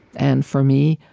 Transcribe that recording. and for me,